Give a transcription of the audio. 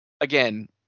Again